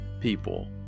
people